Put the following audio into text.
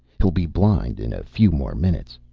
he'll be blind in a few more minutes.